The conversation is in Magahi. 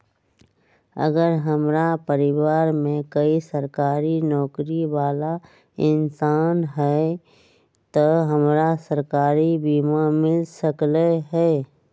अगर हमरा परिवार में कोई सरकारी नौकरी बाला इंसान हई त हमरा सरकारी बीमा मिल सकलई ह?